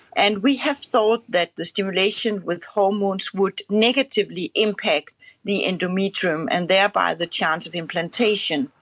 and we have thought that the stimulation with hormones would negatively impact the endometrium and thereby the chance of implantation.